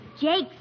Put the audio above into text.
Jake's